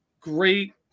great